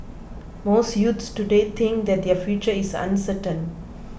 most youths today think that their future is uncertain